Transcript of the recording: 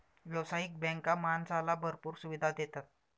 व्यावसायिक बँका माणसाला भरपूर सुविधा देतात